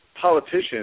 politicians